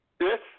Yes